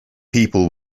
people